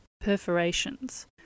perforations